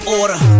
order